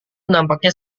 nampaknya